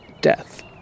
death